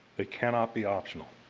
they cannot be optional.